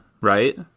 Right